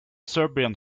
serbian